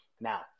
Now